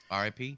RIP